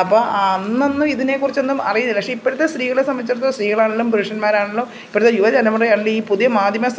അപ്പം അന്നൊന്നും ഇതിനേക്കുറിച്ചൊന്നും അറിയില്ല പക്ഷേ ഇപ്പോഴത്തെ സ്ത്രീകളെ സംബന്ധിച്ചിടത്തോളം സ്ത്രീകളാണെങ്കിലും പുരുഷന്മാരാണെങ്കിലും ഇപ്പോഴത്തെ യുവ തലമുറയാണെങ്കിലും ഈ പുതിയ മാധ്യമ സ